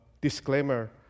disclaimer